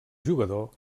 jugador